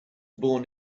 born